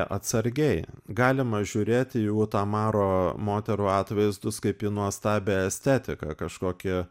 atsargiai galima žiūrėti į utamaro moterų atvaizdus kaip į nuostabią estetiką kažkokie